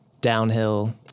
downhill